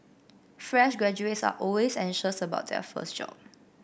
fresh graduates are always anxious about their first job